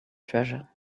treasure